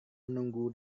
menunggu